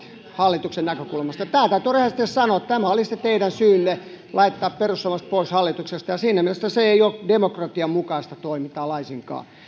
hallituksen näkökulmasta tämä täytyy rehellisesti sanoa tämä oli se teidän syynne laittaa perussuomalaiset pois hallituksesta ja siinä mielessä se ei ole demokratian mukaista toimintaa laisinkaan